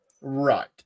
Right